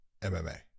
MMA